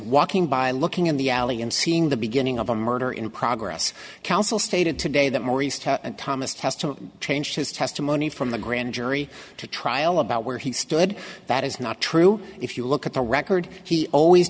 walking by looking in the alley and seeing the beginning of a murder in progress counsel stated today that maurice thomas has to change his testimony from the grand jury to trial about where he stood that is not true if you look at the record he always